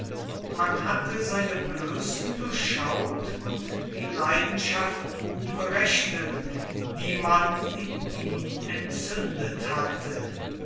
man hatte seine blößen durchschaut und die leidenschaft gut berechnet die man in ihm entzündet hatte